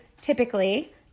typically